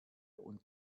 und